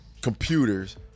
computers